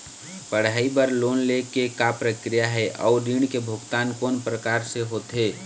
पढ़ई बर लोन ले के का प्रक्रिया हे, अउ ऋण के भुगतान कोन प्रकार से होथे?